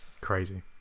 Crazy